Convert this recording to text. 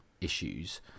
issues